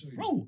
Bro